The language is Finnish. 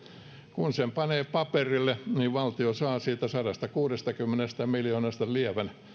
kun sen panee paperille niin valtio saa siitä sadastakuudestakymmenestä miljoonasta lievän